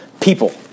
people